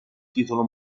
titolo